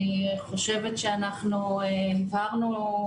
אני חושבת שאנחנו הבהרנו,